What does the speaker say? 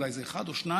אולי זה אחד או שניים,